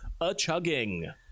a-chugging